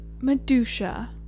Medusa